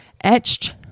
etched